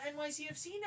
NYCFC